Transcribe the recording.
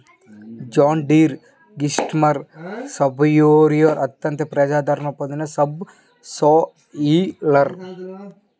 John Deere green system subsoiler అత్యంత ప్రజాదరణ పొందిన సబ్ సాయిలర్